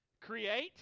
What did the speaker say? Create